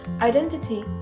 identity